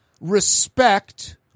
respect